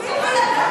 אם הוא היה קורא,